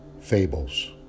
fables